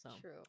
True